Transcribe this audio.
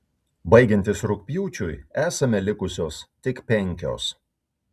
baigiantis rugpjūčiui esame likusios tik penkios